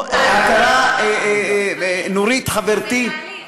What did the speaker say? ההכרה זה, לא, ההכרה נורית, חברתי,